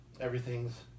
everything's